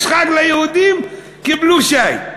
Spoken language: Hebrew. יש חג ליהודים, קיבלו שי.